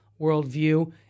worldview